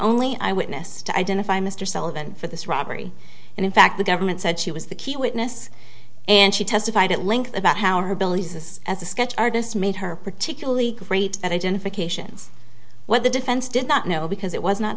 only eyewitness to identify mr sullivan for this robbery and in fact the government said she was the key witness and she testified at length about how her abilities as a sketch artist made her particularly great at identifications what the defense did not know because it was not